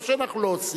זה לא שאנחנו לא עושים.